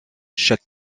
chaque